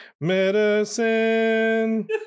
medicine